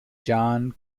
john